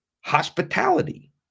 hospitality